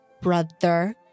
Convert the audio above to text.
Brother